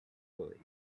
believed